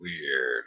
Weird